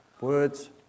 words